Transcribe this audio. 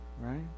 right